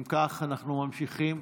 אם כך, אנחנו ממשיכים.